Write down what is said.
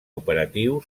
operatiu